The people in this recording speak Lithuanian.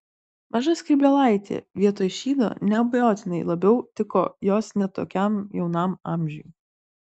maža skrybėlaitė vietoj šydo neabejotinai labiau tiko jos ne tokiam jaunam amžiui